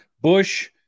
Bush